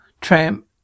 Tramp